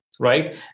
right